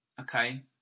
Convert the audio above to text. okay